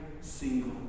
single